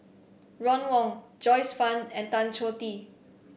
Ron Wong Joyce Fan and Tan Choh Tee